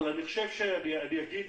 אבל אגיד,